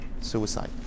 suicide